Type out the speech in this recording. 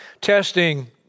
testing